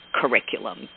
curriculum